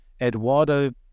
eduardo